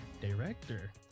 director